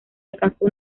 alcanzó